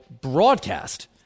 broadcast